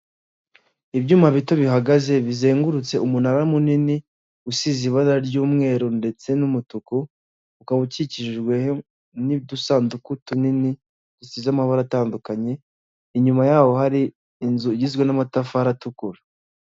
Ibyuma bito bihagaze bizengurutse umunara munini, usize ibara ry'umweru ndetse n'umutuku, ukaba ukikijwe n'udusanduku tunini dusize amabara atandukanye, inyuma yaho hari inzu igizwe n'amatafari atukura.